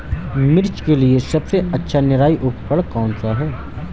मिर्च के लिए सबसे अच्छा निराई उपकरण कौनसा है?